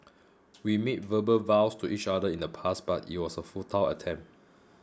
we made verbal vows to each other in the past but it was a futile attempt